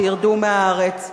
שירדו מהארץ.